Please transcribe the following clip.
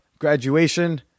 graduation